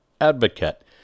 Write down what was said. advocate